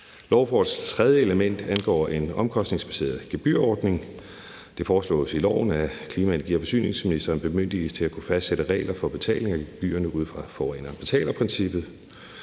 Lovforslagets tredje element angår en omkostningsbaseret gebyrordning. Det foreslås i lovforslaget, at klima-, energi- og forsyningsministeren bemyndiges til at kunne fastsætte regler for betaling af gebyrerne ud fra forureneren betaler-princippet.